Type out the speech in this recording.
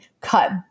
cut